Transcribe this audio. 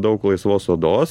daug laisvos odos